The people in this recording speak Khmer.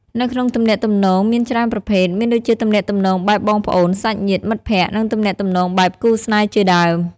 នៅក្នុងទំនាក់ទំនងមានច្រើនប្រភេទ មានដូចជាទំនាក់ទំនងបែបបងប្អូន សាច់ញាតិ មិត្តភក្តិ និងទំនាក់ទំនងបែបគូរស្នេហ៍ជាដើម។